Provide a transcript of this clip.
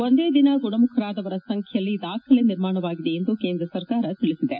ಒಂದೇ ದಿನ ಗುಣಮುಖರಾದವರ ಸಂಖ್ಯೆಯಲ್ಲಿ ದಾಖಲೆ ನಿರ್ಮಾಣವಾಗಿದೆ ಎಂದು ಕೇಂದ್ರ ಸರ್ಕಾರ ತಿಳಿಸಿದೆ